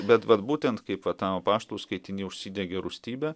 bet vat būtent kaip va tam apaštalui skaitiny užsidegė rūstybė